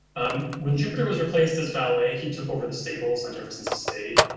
um when jupiter was replaced as valet, he took over the stables on jefferson's estate,